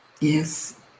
yes